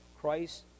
Christ